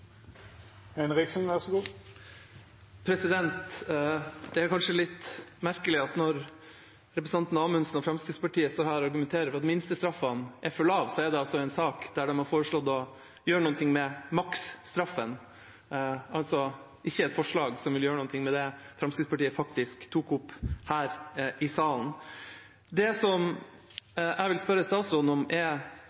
Fremskrittspartiet står her og kommenterer på at minstestraffene er for lave, er det i en sak der de har foreslått å gjøre noe med maksstraffen, altså ikke et forslag som vil gjøre noe med det Fremskrittspartiet faktisk tok opp her i salen. Det